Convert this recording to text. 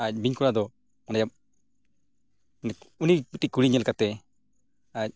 ᱟᱨ ᱵᱤᱧ ᱠᱚᱲᱟ ᱫᱚ ᱚᱸᱰᱮ ᱩᱱᱤ ᱢᱤᱫᱴᱤᱡ ᱠᱩᱲᱤ ᱧᱮᱞ ᱠᱟᱛᱮᱫ ᱟᱡ